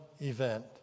event